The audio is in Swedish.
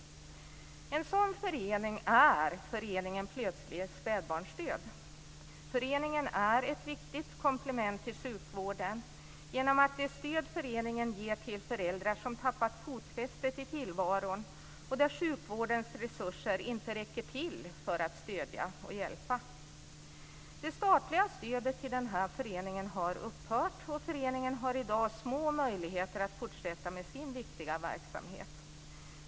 En sådan förening är Föräldraföreningen Plötslig Spädbarnsdöd. Föreningen är ett viktigt komplement till sjukvården genom det stöd föreningen ger till föräldrar som tappat fotfästet i tillvaron och där sjukvårdens resurser inte räcker till för att stödja och hjälpa. Det statliga stödet till den här föreningen har upphört, och den har i dag små möjligheter att fortsätta med sin viktiga verksamhet.